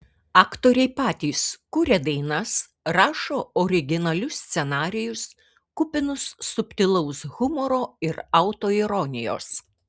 aktoriai patys kuria dainas rašo originalius scenarijus kupinus subtilaus humoro ir autoironijos